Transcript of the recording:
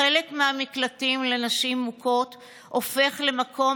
חלק מהמקלטים לנשים מוכות הופכים למקום